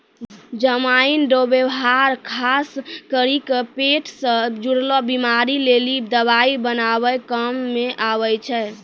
जमाइन रो वेवहार खास करी के पेट से जुड़लो बीमारी लेली दवाइ बनाबै काम मे आबै छै